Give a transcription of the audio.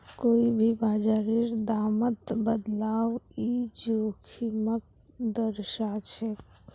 कोई भी बाजारेर दामत बदलाव ई जोखिमक दर्शाछेक